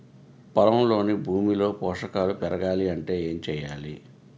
పొలంలోని భూమిలో పోషకాలు పెరగాలి అంటే ఏం చేయాలి?